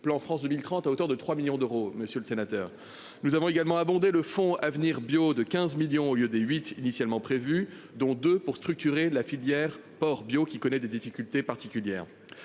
plan France 2030, à hauteur de 3 millions d'euros. Monsieur le sénateur. Nous avons également abonder le Fonds Avenir Bio de 15 millions au lieu des 8 initialement prévus dont 2 pour structurer la filière porc bio qui connaît des difficultés particulières.